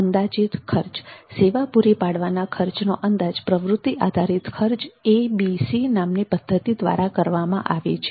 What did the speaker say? અંદાજીત ખર્ચ સેવા પૂરી પાડવાના ખર્ચનો અંદાજ પ્રવૃત્તિ આધારિત ખર્ચ નામની પદ્ધતિ દ્વારા કરવામાં આવે છે